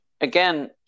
again